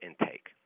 intake